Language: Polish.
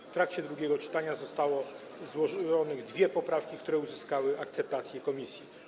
W trakcie drugiego czytania zostały złożone dwie poprawki, które uzyskały akceptację komisji.